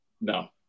No